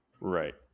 Right